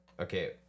Okay